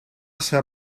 ser